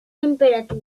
temperaturas